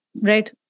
Right